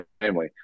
family